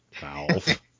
Valve